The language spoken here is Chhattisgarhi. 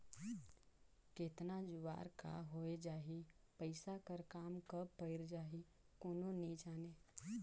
केतना जुवार का होए जाही, पइसा कर काम कब पइर जाही, कोनो नी जानें